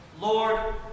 Lord